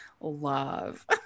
love